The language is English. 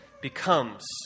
becomes